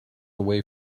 away